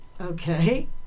Okay